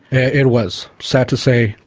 it was. sad to say,